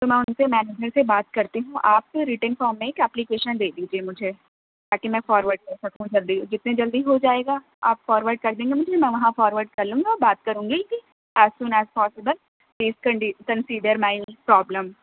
میں اُن سے مینیجر سے بات کرتی ہوں آپ رِٹن فارم میں ایک ایپلیکیشن دے دیجیے مجھے تاکہ میں فارورڈ کر سکوں جلدی جتنی جلدی ہو جائے گا آپ فارورڈ کر دیں گے مجھے میں وہاں فارورڈ کر لوں گی اور بات کروں گی کہ as soon as possible please consider my problem